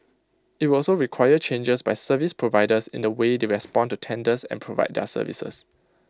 IT will also require changes by service providers in the way they respond to tenders and provide their services